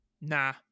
nah